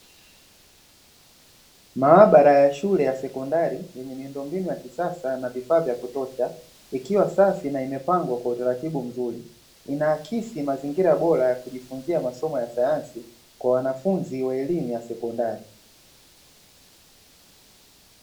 Maabara ya shule ya sekondari yenye miundo mbinu ya kisasa na vifaa vya kutosha, ikiwa safi na imepangwa kwa utaratibu mzuri, ina akisi mazingira bora ya kujifunzia masomo ya sayansi, kwa wanafunzi wa elimu ya sekondari.